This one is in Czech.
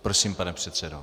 Prosím, pane předsedo.